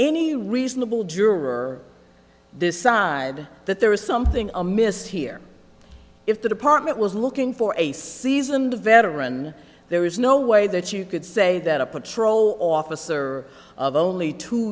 any reasonable juror decide that there was something amiss here if the department was looking for a seasoned veteran there is no way that you could say that a patrol officer of only two